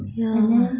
ah